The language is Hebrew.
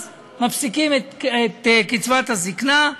אז מפסיקים את קצבת הזקנה,